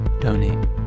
donate